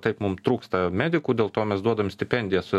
taip mum trūksta medikų dėl to mes duodam stipendijas